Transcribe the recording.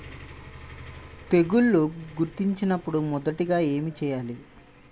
తెగుళ్లు గుర్తించినపుడు మొదటిగా ఏమి చేయాలి?